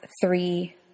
three